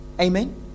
Amen